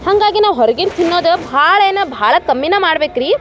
ಹಾಗಾಗಿ ನಾವು ಹೊರಗಿಂದು ತಿನ್ನೋದು ಭಾಳ ಏನು ಭಾಳ ಕಮ್ಮಿನೇ ಮಾಡ್ಬೇಕು ರೀ